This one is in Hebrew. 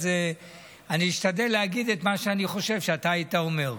אז אני אשתדל להגיד את מה שאני חושב שאתה היית אומר.